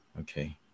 okay